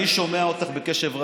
אני שומע אותך בקשב רב,